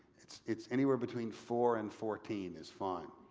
it's it's anywhere between four and fourteen is fine.